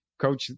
coach